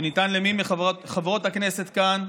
שניתן למי מחברות הכנסת כאן.